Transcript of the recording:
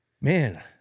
Man